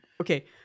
Okay